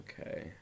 Okay